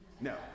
No